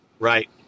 Right